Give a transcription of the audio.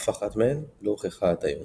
אף אחת מהן לא הוכחה עד היום